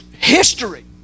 history